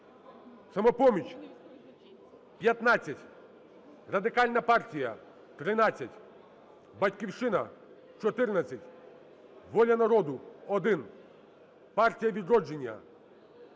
"Самопоміч" – 15, Радикальна партія – 13, "Батьківщина" – 14, "Воля народу" – 1, "Партія "Відродження" –